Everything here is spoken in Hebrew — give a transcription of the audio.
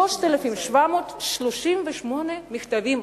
3,738 מכתבים.